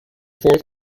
fourth